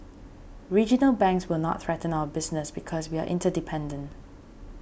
regional banks will not threaten our business because we are interdependent